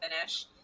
finish